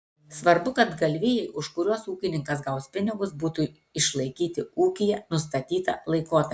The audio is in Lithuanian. svarbu kad galvijai už kuriuos ūkininkas gaus pinigus būtų išlaikyti ūkyje nustatytą laikotarpį